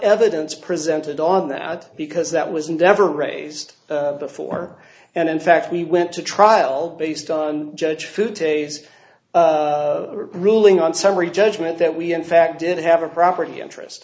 evidence presented on that because that was never raised before and in fact we went to trial based on judge food taste ruling on summary judgment that we in fact did have a property interest